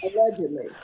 Allegedly